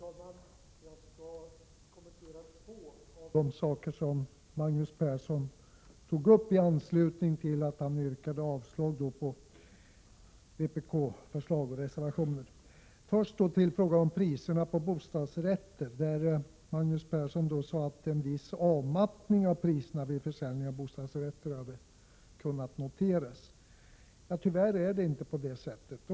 Herr talman! Jag skall kommentera två av de frågor som Magnus Persson tog upp i anslutning till att han yrkade avslag på vpk-reservationerna. I fråga om priserna på bostadsrätter sade Magnus Persson att en viss avmattning i fråga om priserna vid försäljning av bostadsrätter hade kunnat noteras. Tyvärr är det inte så.